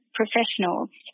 professionals